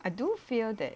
I do feel that